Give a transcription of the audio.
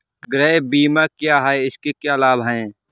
गृह बीमा क्या है इसके क्या लाभ हैं?